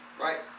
right